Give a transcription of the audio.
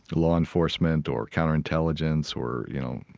law enforcement or counterintelligence or, you know,